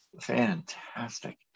fantastic